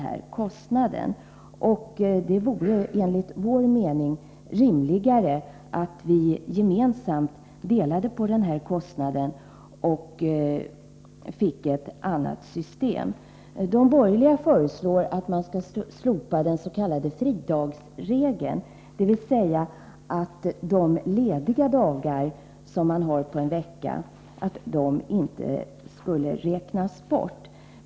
Enligt vår mening vore det rimligare att ha ett system som innebar att vi gemensamt delade på kostnaderna. De borgerliga föreslår att man skall slopa den s.k. fridagsregeln, dvs. de föreslår att de lediga dagarna under en arbetsvecka inte skulle räknas bort.